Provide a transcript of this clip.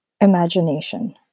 imagination